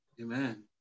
amen